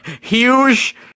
huge